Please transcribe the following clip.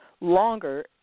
longer